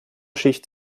schicht